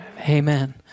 Amen